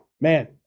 man